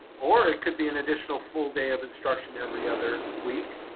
or it could be an additional full day of instruction every other week.